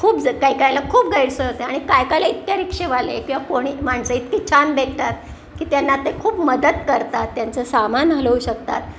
खूप ज काय कायला खूप गैरसोय आणि कायकायला इतक्या रिक्शेवाले किंवा कोणी माणसं इतकी छान भेटतात की त्यांना ते खूप मदत करतात त्यांचं सामान हलवू शकतात